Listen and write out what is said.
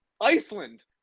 Iceland